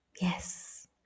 Yes